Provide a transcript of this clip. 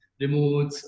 remotes